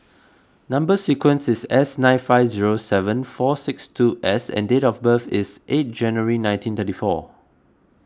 Number Sequence is S nine five zero seven four six two S and date of birth is eight January nineteen thirty four